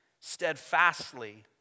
steadfastly